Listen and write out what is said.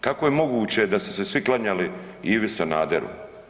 Kako je moguće da su se svi klanjali Ivi Sanaderu?